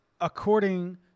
according